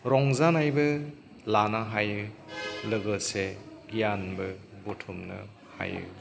रंजानायबो लानो हायो लोगोसे गियानबो बुथुमनो हायो